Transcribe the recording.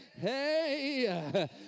Hey